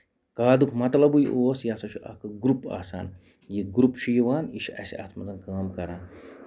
کادُک مطلبٕے اوس یہِ ہسا چھُ اکھ گرُپ آسان یہِ گرُپ چھُ یِوان یہِ چھُ اَسہِ اَتھ منٛز کٲم کران